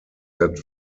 that